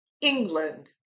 England